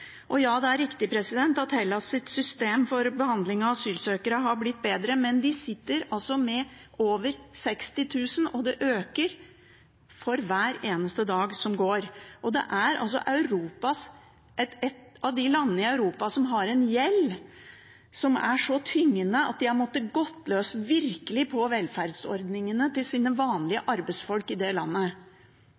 Ja, det er riktig at Hellas’ system for behandling av asylsøkere har blitt bedre, men de sitter med over 60 000, og det øker for hver eneste dag som går i et av de landene i Europa som har en gjeld som er så tyngende at de har måttet gå løs – virkelig – på velferdsordningene til vanlige arbeidsfolk i landet.